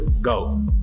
go